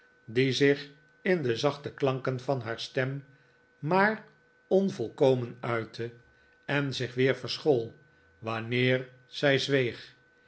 die zich in de zachte klanken van haar stem maar onvolkomen uitte en zich weer verschool wanneer zij zweeg